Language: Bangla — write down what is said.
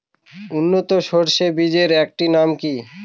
উন্নত সরষে বীজের একটি নাম কি?